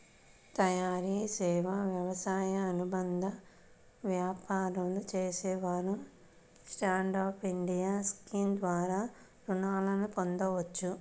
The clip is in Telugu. తయారీ, సేవా, వ్యవసాయ అనుబంధ వ్యాపారాలు చేసేవారు స్టాండ్ అప్ ఇండియా స్కీమ్ ద్వారా రుణాలను పొందవచ్చు